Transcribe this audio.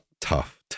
tough